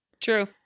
True